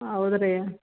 ಹೌದ್ರೀ